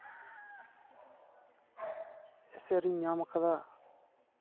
ᱮᱥᱮᱨᱤᱧ ᱧᱟᱢ ᱠᱟᱫᱟ